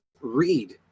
read